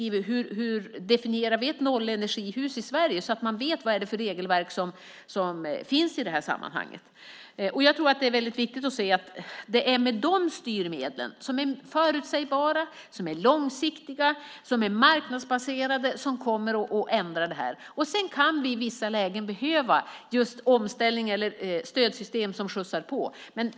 Hur definierar vi ett nollenergihus i Sverige så att man vet vilka regelverk som finns i sammanhanget? Det är viktigt att se att vi med förutsägbara, långsiktiga och marknadsbaserade styrmedel kommer att ändra detta. Vi kan sedan i vissa lägen behöva omställning eller stödsystem som skjutsar på.